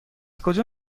کجا